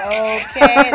okay